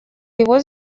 его